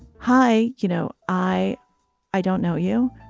hi you know, i i don't know you,